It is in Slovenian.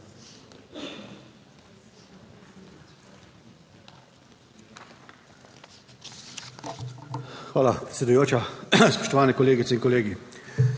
Hvala, predsedujoča. Spoštovane kolegice in kolegi.